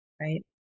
right